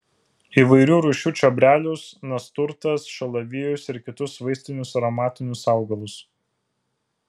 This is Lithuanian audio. įvairių rūšių čiobrelius nasturtas šalavijus ir kitus vaistinius aromatinius augalus